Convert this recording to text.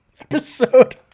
episode